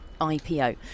ipo